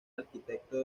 arquitecto